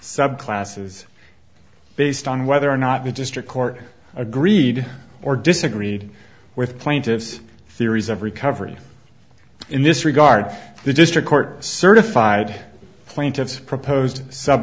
subclasses based on whether or not the district court agreed or disagreed with plaintiff's theories of recovery in this regard the district court certified plaintiffs proposed sub